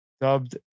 dubbed